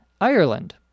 Ireland